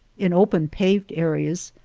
in open paved areas,